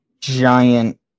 giant